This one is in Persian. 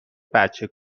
بچه